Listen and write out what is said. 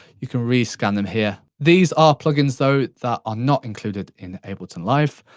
you can re-scan them here. these are plug-ins though, that are not included in ableton live.